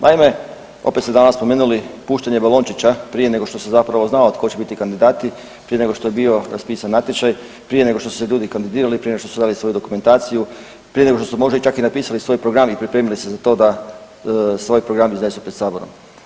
Naime, opet ste danas spomenuli puštanje balončića prije nego što se zapravo znalo tko će biti kandidati, prije nego što je bio raspisan natječaj, prije nego što su se ljudi kandidirali, prije nego što su dali svoju dokumentaciju, prije nego što su možda i čak napisali svoj program i pripremili se za to da svoj program iznesu pred saborom.